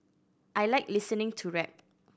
I like listening to rap